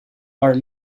are